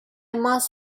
must